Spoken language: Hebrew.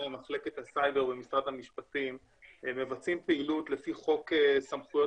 מחלקת הסייבר במשרד המשפטים מבצעים פעילות לפי חוק סמכויות